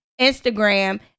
Instagram